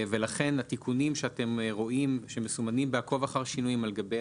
לכן התיקונים שמסומנים ב"עקוב אחר שינויים" על גבי